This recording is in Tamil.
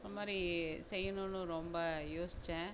இந்தமாதிரி செய்யணும்னு ரொம்ப யோசித்தேன்